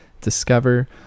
discover